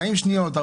40 שניות,